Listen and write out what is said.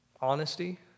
honesty